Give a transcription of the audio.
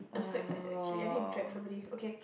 !wow!